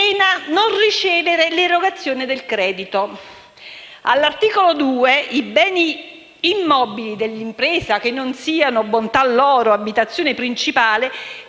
non ricevere l'erogazione del credito.